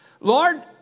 Lord